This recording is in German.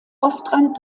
ostrand